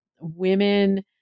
women